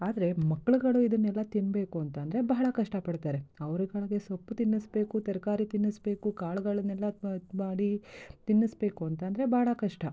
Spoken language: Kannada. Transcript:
ಆದರೆ ಮಕ್ಕಳುಗಳು ಇದನ್ನೆಲ್ಲ ತಿನ್ನಬೇಕು ಅಂತಂದರೆ ಬಹಳ ಕಷ್ಟಪಡ್ತಾರೆ ಅವ್ರುಗಳಿಗೆ ಸೊಪ್ಪು ತಿನ್ನಿಸ್ಬೇಕು ತರಕಾರಿ ತಿನ್ನಿಸ್ಬೇಕು ಕಾಳುಗಳನ್ನೆಲ್ಲ ಮಾಡಿ ತಿನ್ನಿಸ್ಬೇಕು ಅಂತಂದರೆ ಭಾಳ ಕಷ್ಟ